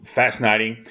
fascinating